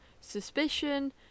suspicion